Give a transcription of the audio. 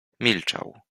milczał